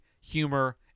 humor